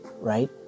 right